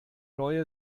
neue